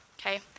okay